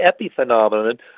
epiphenomenon